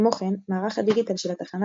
כמו כן עורך דיווחי התנועה